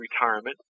retirement